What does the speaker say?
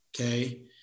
Okay